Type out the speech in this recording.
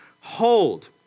hold